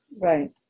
Right